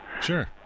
Sure